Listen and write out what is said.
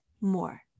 more